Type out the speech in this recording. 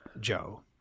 Joe